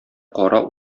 кара